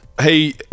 Hey